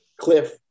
Cliff